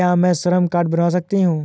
क्या मैं श्रम कार्ड बनवा सकती हूँ?